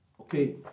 okay